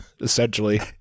essentially